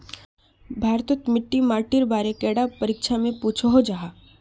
भारत तोत मिट्टी माटिर बारे कैडा परीक्षा में पुछोहो जाहा जाहा?